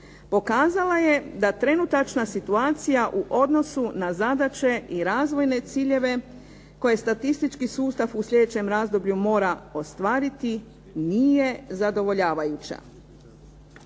pokazala je da trenutačna situacija u odnosu na zadaće i razvojne ciljeve koje statistički sustav u sljedećem razdoblju mora ostvariti nije zadovoljavajuća.